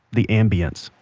the ambience,